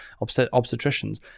obstetricians